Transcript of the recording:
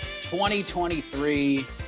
2023